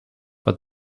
but